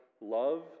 love